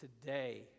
Today